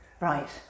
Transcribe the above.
Right